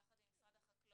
יחד עם משרד החקלאות,